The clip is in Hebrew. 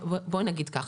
בואי נגיד כך,